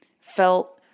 felt